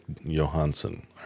Johansson